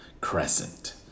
Crescent